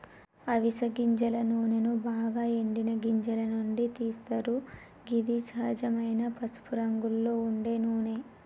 అవిస గింజల నూనెను బాగ ఎండిన గింజల నుండి తీస్తరు గిది సహజమైన పసుపురంగులో ఉండే నూనె